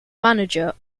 manager